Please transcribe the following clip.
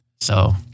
So-